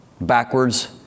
backwards